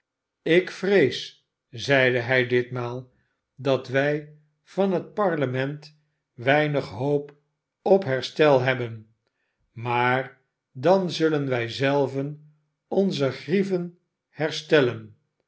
ik vrees zeide hij ditmaal dat wij van het parlement weinig hoop op herstel hebben maar dan zullen wij zelven onze grieven herstellen